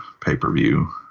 pay-per-view